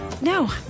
No